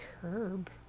curb